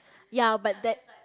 ya but that